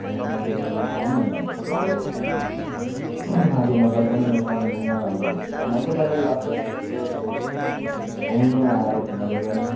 यहाँ माघे मेलामा आउनु नि अन्त घुम्दै यसो माघे मेला पनि यहाँ कालिम्पोङमा रमाइलो पाराले लाग्छ र त्यो घुम्नु आएर घुमेर जानु